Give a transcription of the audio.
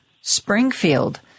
Springfield